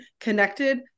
connected